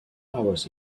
hours